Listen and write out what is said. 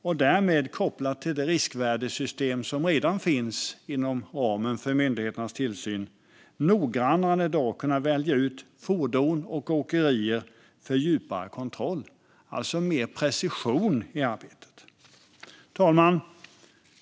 Därmed skulle man, kopplat till det riskvärdessystem som redan finns inom ramen för myndigheternas tillsyn, noggrannnare än i dag kunna välja ut fordon och åkerier för djupare kontroll, vilket ger mer precision i arbetet. Herr talman!